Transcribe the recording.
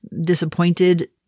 Disappointed